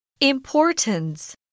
Importance